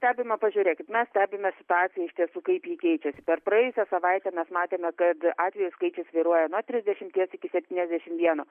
stebime pažiūrėkit mes stebime situaciją iš tiesų kaip ji keičiasi per praėjusią savaitę mes matėme kad atvejų skaičius svyruoja nuo trisdešimties iki septyniasdešimt vieno